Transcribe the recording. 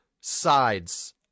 sides